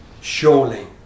Surely